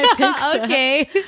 Okay